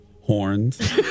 Horns